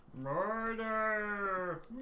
Murder